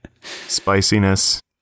spiciness